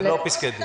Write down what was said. זה לא פסקי דין.